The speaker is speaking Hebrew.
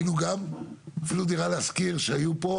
גם "דירה להשכיר", שהיו פה,